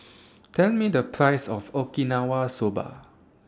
Tell Me The Price of Okinawa Soba